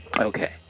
Okay